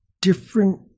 different